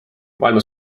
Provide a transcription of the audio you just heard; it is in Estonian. maailma